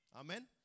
Amen